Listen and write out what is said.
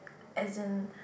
as in